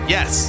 Yes